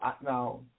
now